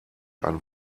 ein